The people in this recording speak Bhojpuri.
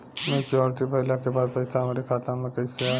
मच्योरिटी भईला के बाद पईसा हमरे खाता में कइसे आई?